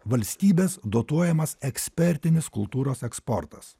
valstybės dotuojamas ekspertinis kultūros eksportas